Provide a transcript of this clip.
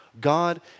God